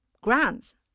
grants